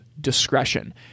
discretion